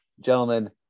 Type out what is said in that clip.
gentlemen